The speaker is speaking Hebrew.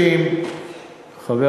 אנשים עובדים במשרות מלאות והם מתחת לקו העוני?